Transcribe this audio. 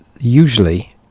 usually